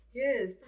Yes